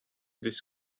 this